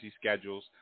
schedules